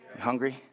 Hungry